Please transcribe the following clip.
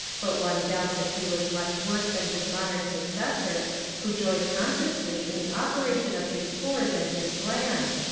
but one doubts if he was much worse than his modern successor who joys consciously in the operation of his pores and his glands,